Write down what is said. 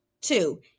Two